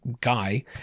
guy